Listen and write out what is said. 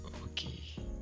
Okay